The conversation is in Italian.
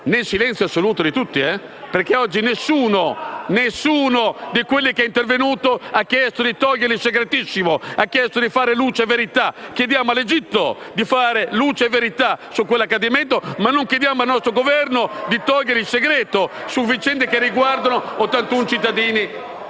nel silenzio assoluto di tutti. *(Commenti dal Gruppo PD)*. Ad oggi nessuno, tra tutti coloro che sono intervenuti, ha chiesto di togliere il segretissimo o ha chiesto di fare luce e verità. Chiediamo all'Egitto di fare luce e verità su quell'accadimento, ma non chiediamo al nostro Governo di togliere il segreto su vicende che riguardano 81 cittadini